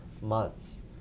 months